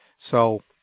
so